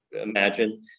imagine